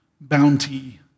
bounty